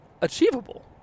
achievable